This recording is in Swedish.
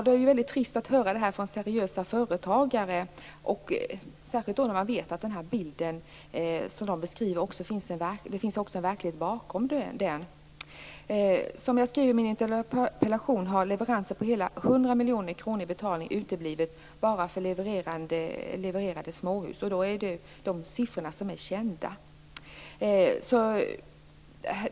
Det är väldigt trist att höra detta från seriösa företagare, särskilt när man vet att det också finns en verklighet bakom den bild som de beskriver. Som jag skrev i min interpellation har betalning för leveranser på hela 100 miljoner uteblivit enbart för levererade småhus, och det är enbart de siffror som är kända.